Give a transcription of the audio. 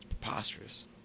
Preposterous